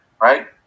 right